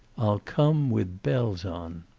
i'll come, with bells on.